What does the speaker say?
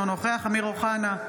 אינו נוכח אמיר אוחנה,